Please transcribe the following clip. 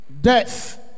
death